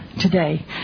today